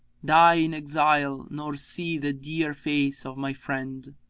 die in exile nor see the dear face of my friend!